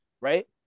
right